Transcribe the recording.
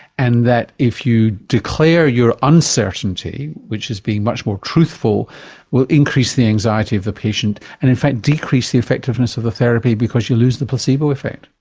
and that if you declare your uncertainty, which is being much more truthful, it will increase the anxiety of the patient and in fact decrease the effectiveness of the therapy because you lose the placebo effect.